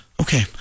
Okay